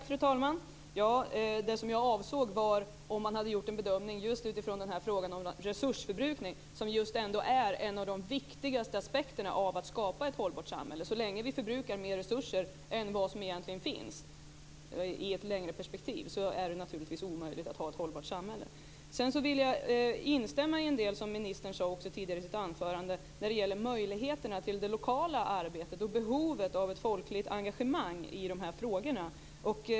Fru talman! Det som jag avsåg var om man hade gjort en bedömning av frågan om resursförbrukning som är en av de viktigaste aspekterna när det gäller att skapa ett hållbart samhälle. Så länge som vi i ett längre perspektiv förbrukar mer resurser än vad som finns är det naturligtvis omöjligt att ha ett hållbart samhälle. Jag vill instämma i en del som ministern sade i sitt anförande. Det gäller möjligheterna till ett lokalt arbete och behovet av ett folkligt engagemang i dessa frågor.